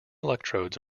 electrodes